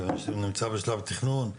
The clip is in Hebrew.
נמצא בשלב תכנון?